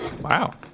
Wow